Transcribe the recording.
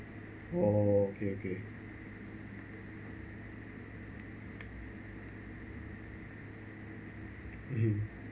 oh okay okay mmhmm